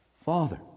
Father